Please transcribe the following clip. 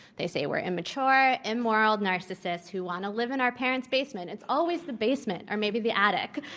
they saywe're immature, immoral narcissists who want to live in our parent's basement. it's always the basement. or maybe the attic.